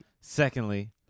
Secondly